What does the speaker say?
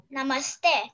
Namaste